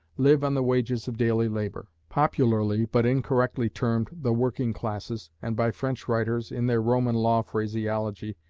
live on the wages of daily labour popularly but incorrectly termed the working classes, and by french writers, in their roman law phraseology,